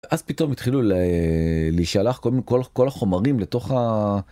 ואז פתאום התחילו להישלח קודם כל כל החומרים לתוך ה...